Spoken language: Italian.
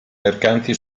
mercanti